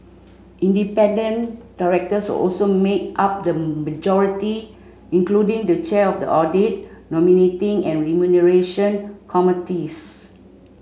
independent directors will also make up the majority including the chair of the audit nominating and remuneration committees